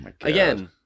Again